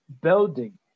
building